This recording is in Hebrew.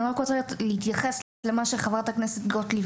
אני רוצה להתייחס לדברים של חברת הכנסת גוטליב.